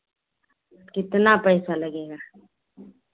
कितना पैसा लगेगा